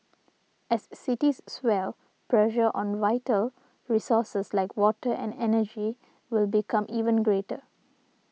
as cities swell pressure on vital resources like water and energy will become ever greater